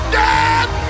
dead